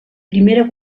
primera